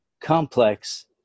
complex